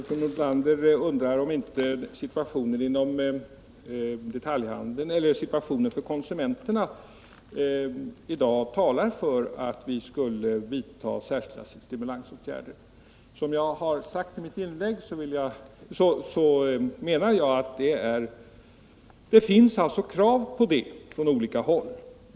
Herr talman! Fru Nordlander undrar om inte situationen för konsumenterna i dag talar för att vi skulle vidta särskilda stimulansåtgärder. Som jag har sagt i mitt inlägg finns det krav på det från olika håll.